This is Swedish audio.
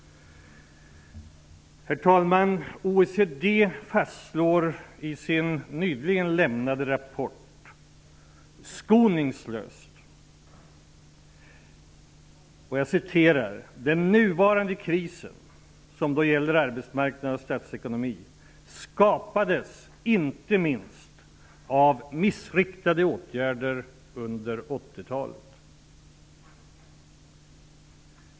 Herr talman! OECD fastslår i sin nyligen lämnade rapport skoningslöst: Den nuvarande krisen -- det gäller arbetsmarknad och statsekonomi -- skapades inte minst av missriktade åtgärder under 80-talet.